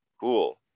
cool